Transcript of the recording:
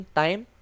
time